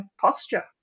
posture